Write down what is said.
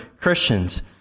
Christians